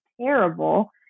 terrible